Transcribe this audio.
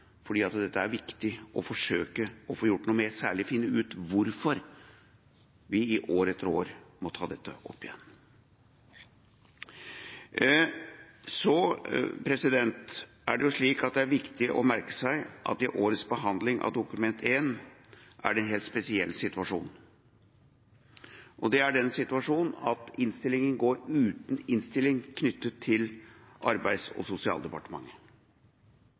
dette er det viktig å forsøke å få gjort noe med og særlig viktig å finne ut hvorfor vi år etter år må ta dette opp igjen. Det er viktig å merke seg at i årets behandling av Dokument 1 er det en helt spesiell situasjon, nemlig at innstillinga er uten den delen som er knyttet til Arbeids- og sosialdepartementet.